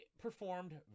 performed